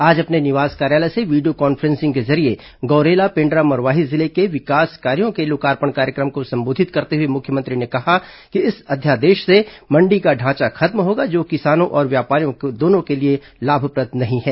आज अपने निवास कार्यालय से वीडियो कॉन्फ्रेंसिंग के जरिये गौरेला पेण्ड्रा मरवाही जिले के विकास कार्यो के लोकार्पण कार्यक्रम को संबोधित करते हुए मुख्यमंत्री ने कहा कि इस अध्यादेश से मण्डी का ढांचा खत्म होगा जो किसानों और व्यापारियों दोनों के लिए लाभप्रद नहीं है